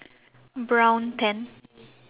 brown tent